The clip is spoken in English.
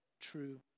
true